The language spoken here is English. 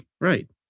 Right